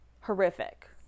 Horrific